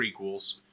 prequels